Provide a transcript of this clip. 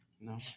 No